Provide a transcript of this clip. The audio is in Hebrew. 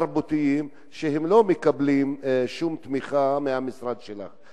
והם לא מקבלים שום תמיכה מהמשרד שלך.